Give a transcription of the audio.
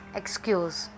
excuse